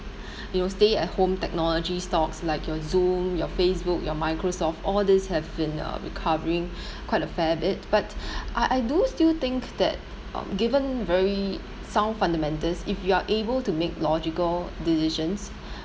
your stay at home technology stocks like your zoom your facebook your microsoft all these have been uh recovering quite a fair bit but I I do still think that um given very sound fundamentals if you are able to make logical decisions